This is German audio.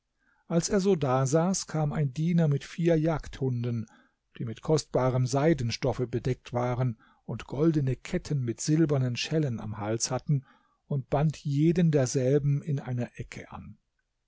als er so dasaß kam ein diener mit vier jagdhunden die mit kostbarem seidenstoffe bedeckt waren und goldene ketten mit silbernen schellen am hals hatten und band jeden derselben in einer ecke an